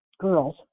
girls